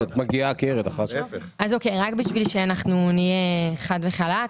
אז אוקי, רק בשביל שאנחנו נהיה חד וחלק,